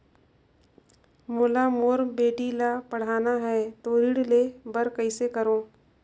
मोला मोर बेटी ला पढ़ाना है तो ऋण ले बर कइसे करो